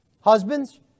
Husbands